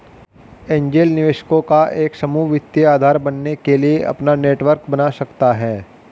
angel निवेशकों का एक समूह वित्तीय आधार बनने के लिए अपना नेटवर्क बना सकता हैं